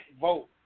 vote